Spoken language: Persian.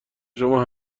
شما